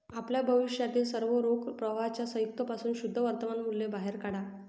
आपल्या भविष्यातील सर्व रोख प्रवाहांच्या संयुक्त पासून शुद्ध वर्तमान मूल्य बाहेर काढा